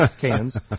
cans